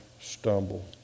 stumble